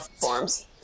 forms